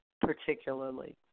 particularly